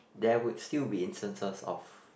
there would still be instances of